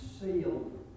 sealed